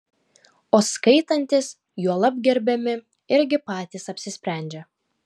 o skaitantys juolab gerbiami irgi patys apsisprendžia